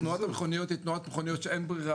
תנועת המכוניות היא תנועת מכוניות שאין ברירה,